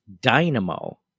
dynamo